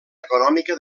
econòmica